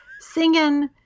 singing